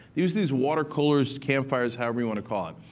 use these water coolers, campfires, however you want to call it.